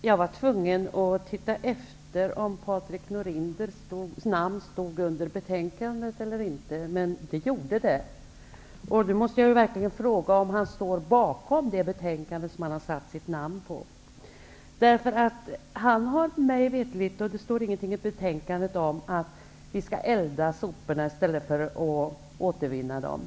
Herr talman! Jag var tvungen att titta efter om Det gjorde det. Jag måste verkligen fråga om han står bakom det betänkande som han har satt sitt namn på. Det står ingenting i betänkandet om att vi skall elda upp soporna i stället för att återvinna dem.